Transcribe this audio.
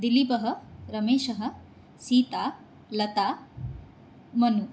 दिलीपः रमेशः सीता लता मनुः